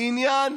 עניין